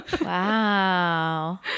wow